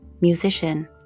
musician